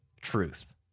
truth